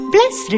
Bless